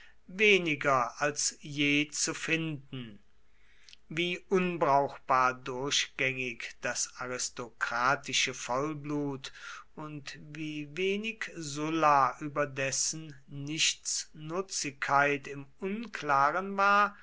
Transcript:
weniger als je zu finden wie unbrauchbar durchgängig das aristokratische vollblut und wie wenig sulla über dessen nichtsnutzigkeit im unklaren war